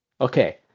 Okay